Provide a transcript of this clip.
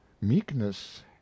Meekness